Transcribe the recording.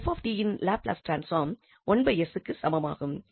𝑓𝑡இன் Laplace transform க்கு சமமாகும்